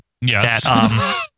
Yes